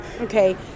Okay